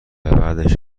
بعدش